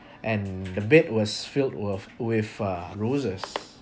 and the bed was filled with with uh roses